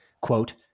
quote